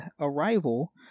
arrival